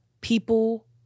people